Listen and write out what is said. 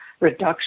reduction